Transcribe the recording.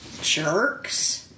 jerks